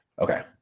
Okay